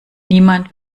niemand